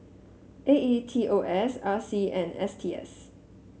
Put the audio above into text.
A E T O S R C and S T S